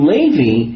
Levi